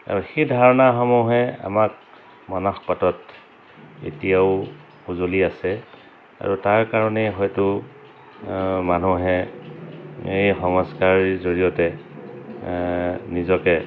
আৰু সেই ধাৰণাসমূহে আমাক মনসপাটত এতিয়াও উজ্জ্বলি আছে আৰু তাৰ কাৰণেই হয়তো মানুহে এই সংস্কাৰীৰ জৰিয়তে নিজকে